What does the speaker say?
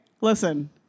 listen